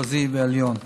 מחוזי ועליון.